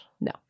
no